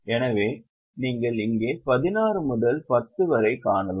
எனவே நீங்கள் இங்கே 16 முதல் 10 வரை காணலாம்